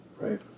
Right